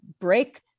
break